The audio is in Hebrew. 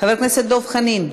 חבר הכנסת דב חנין,